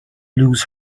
lose